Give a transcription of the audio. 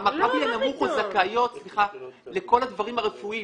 המכבי הנמוך זכאיות לכל הדברים הרפואיים